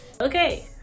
Okay